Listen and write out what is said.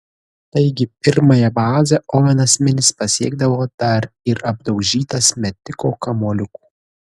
taigi pirmąją bazę ovenas minis pasiekdavo dar ir apdaužytas metiko kamuoliukų